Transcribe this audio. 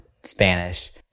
Spanish